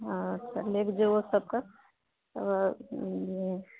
हँ अच्छा लए कऽ जेबौ सबकऽ